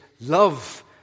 love